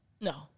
No